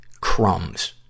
crumbs